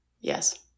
yes